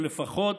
או לפחות